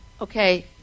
Okay